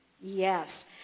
Yes